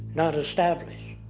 not established.